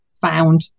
found